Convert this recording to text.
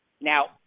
Now